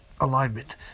alignment